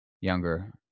younger